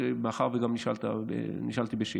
מאחר שגם נשאלתי בשאילתה,